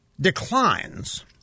declines